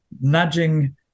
nudging